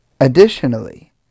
additionally